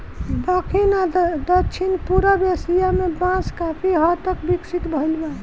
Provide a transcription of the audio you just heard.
दखिन आ दक्षिण पूरब एशिया में बांस काफी हद तक विकसित भईल बा